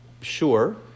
sure